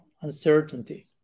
uncertainty